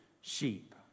sheep